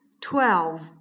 twelve